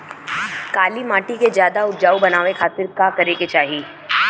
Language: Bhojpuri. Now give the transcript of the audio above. काली माटी के ज्यादा उपजाऊ बनावे खातिर का करे के चाही?